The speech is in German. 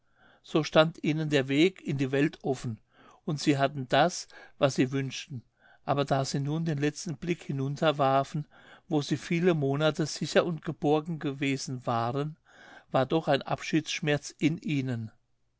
so stand ihnen der weg in die welt offen und sie hatten das was sie wünschten aber da sie nun den letzten blick dahinunter warfen wo sie viele monate sicher und geborgen gewesen waren war doch ein abschiedsschmerz in ihnen